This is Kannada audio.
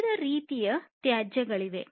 ವಿವಿಧ ರೀತಿಯ ತ್ಯಾಜ್ಯಗಳಿವೆ